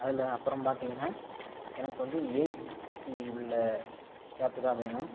அதில் அப்புறம் பார்த்திங்கன்னா எனக்கு வந்து ஏசி உள்ள கேபு தான் வேணும்